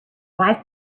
wife